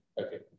okay